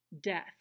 Death